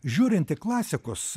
žiūrint į klasikus